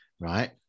Right